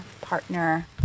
partner